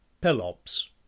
Pelops